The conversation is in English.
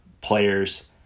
players